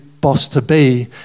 boss-to-be